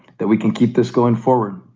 that we can keep this going forward.